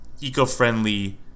eco-friendly